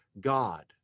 God